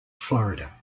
florida